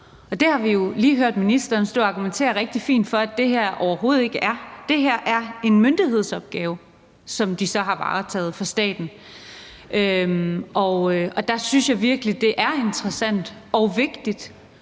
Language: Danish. Og det har vi jo lige hørt ministeren stå og argumentere rigtig fint for at det her overhovedet ikke er. Det her er en myndighedsopgave, som de så har varetaget for staten, og der synes jeg virkelig, det er interessant og vigtigt